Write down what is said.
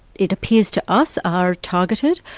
it appears to us, are targeted,